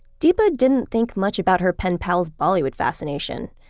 deepa didn't think much about her pen pal's bollywood fascination.